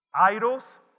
Idols